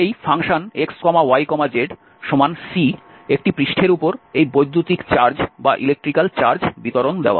ধরুন আমাদের এখানে এই fxyzC একটি পৃষ্ঠের উপর এই বৈদ্যুতিক চার্জ বিতরণ দেওয়া আছে